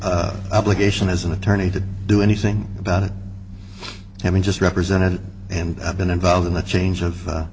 no obligation as an attorney to do anything about it having just represented him have been involved in the change of